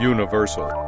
Universal